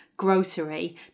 grocery